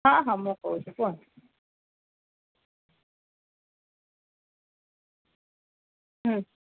ହଁ ହଁ ମୁଁ କହୁଛି କୁହନ୍ତୁ ହୁଁ